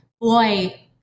boy